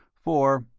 for